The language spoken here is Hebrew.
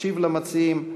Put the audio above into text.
תשיב למציעים.